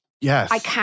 Yes